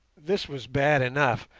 this was bad enough,